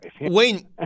wayne